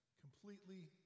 completely